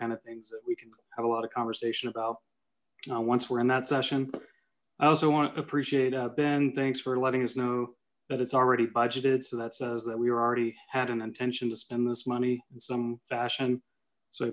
kind of things that we can have a lot of conversation about once we're in that session i also want to appreciate a been thanks for letting us know that it's already budgeted so that says that we were already had an intention to spend this money in some fashion so